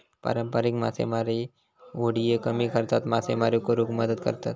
पारंपारिक मासेमारी होडिये कमी खर्चात मासेमारी करुक मदत करतत